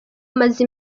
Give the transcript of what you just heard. amaze